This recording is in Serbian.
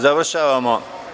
Završavamo.